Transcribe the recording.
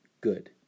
good